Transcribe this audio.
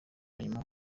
nyuma